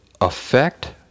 affect